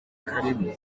karibu